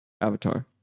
avatar